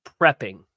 prepping